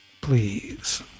please